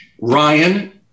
ryan